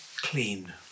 clean